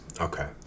Okay